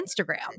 Instagram